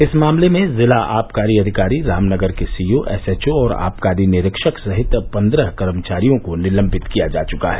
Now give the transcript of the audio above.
इस मामले में जिला आबकारी अधिकारी रामनगर के सीओ एसएचओ और आबकारी निरीक्षक सहित पन्द्रह कर्मचारियों को निलम्बित किया जा चुका है